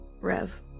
Rev